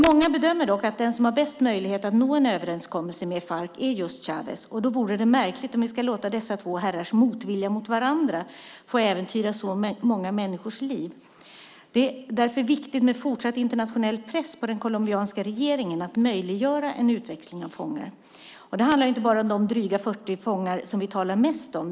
Många bedömer dock att den som har bäst möjlighet att nå en överenskommelse är just Chávez. Då vore det märkligt om vi ska låta dessa två herrars motvilja mot varandra få äventyra så många människors liv. Det är därför viktigt med fortsatt internationell press på den colombianska regeringen för att den ska möjliggöra en utväxling av fångar. Det handlar inte bara om de drygt 40 fångar som vi talar mest om.